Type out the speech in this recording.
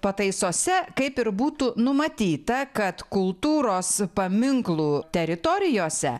pataisose kaip ir būtų numatyta kad kultūros paminklų teritorijose